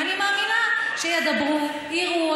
אני מאמינה שידברו, יראו.